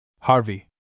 Harvey